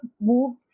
move